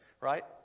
right